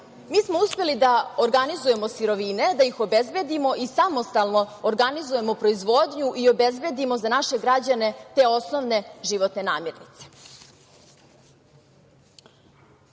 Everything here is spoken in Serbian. mi smo uspeli da organizujemo sirovine, da ih obezbedimo i samostalno organizujemo proizvodnju i obezbedimo za naše građane te osnovne životne namirnice. Naravno,